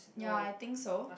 ya I think so